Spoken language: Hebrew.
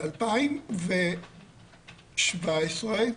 בשנת 2017,